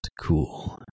cool